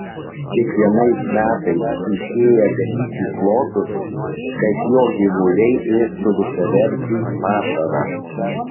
kiekvienais metais įsėja ganyklų plotus kad jo gyvuliai ėstų visavertį pašarą